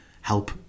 help